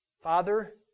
Father